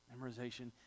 memorization